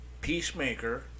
Peacemaker